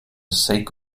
sake